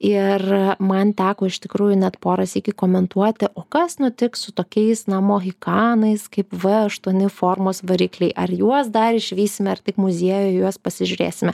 ir man teko iš tikrųjų net porą sykių komentuoti o kas nutiks su tokiais na mohikanais kaip v aštuoni formos varikliai ar juos dar išvysime ar tik muziejuj į juos pasižiūrėsime